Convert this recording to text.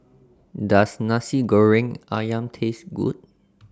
Does Nasi Goreng Ayam Taste Good